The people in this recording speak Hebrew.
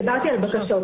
דיברתי על בקשות.